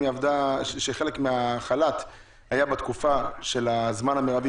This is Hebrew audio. אם חלק מהחל"ת היה בתקופה של הזמן המרבי